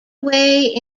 away